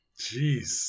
Jeez